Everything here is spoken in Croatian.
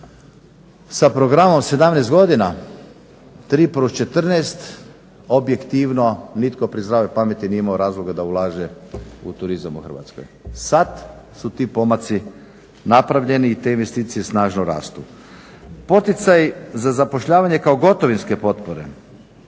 sa programom 17 godina, 3+14 objektivno nitko pri zdravoj pameti nije imao razloga da ulaže u turizam u Hrvatskoj. Sad su ti pomaci napravljeni i te investicije snažno rastu. Poticaji za zapošljavanje kao gotovinske potpore